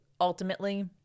ultimately